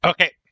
Okay